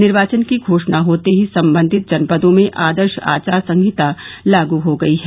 निर्वाचन की घोषणा होते ही संबंधित जनपदों में आदर्श आचार संहिता लागू हो गई है